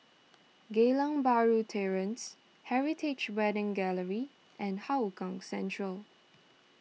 Geylang Bahru Terrace Heritage Wedding Gallery and Hougang Central